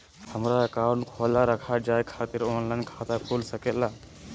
हमारा अकाउंट खोला रखा जाए खातिर ऑनलाइन खाता खुल सके ला?